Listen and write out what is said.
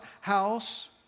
house